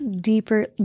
deeper